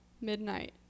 midnight